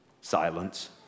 Silence